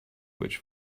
which